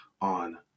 on